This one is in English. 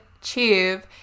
tube